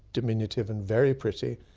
diminutive and very pretty,